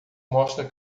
mostra